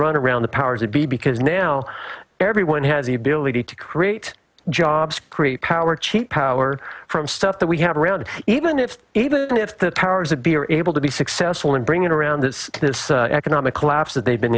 run around the powers that be because now everyone has the ability to create jobs create power cheap power from stuff that we have around even if even if the powers that be are able to be successful in bringing around that this economic collapse that they've been